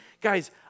guys